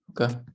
Okay